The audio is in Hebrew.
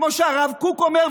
כמו שהרב קוק אומר,